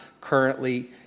currently